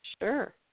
Sure